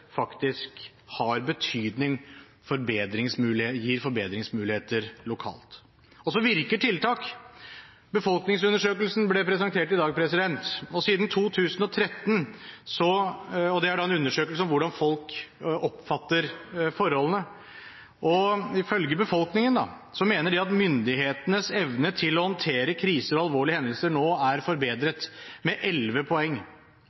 faktisk har betydning og gir forbedringsmuligheter lokalt. Så virker tiltak. Befolkningsundersøkelsen ble presentert i dag. Det er en en undersøkelse om hvordan folk oppfatter forholdene, og ifølge undersøkelsen mener befolkningen at myndighetenes evne til å håndtere kriser og alvorlige hendelser nå er forbedret med 11 poeng.